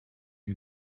you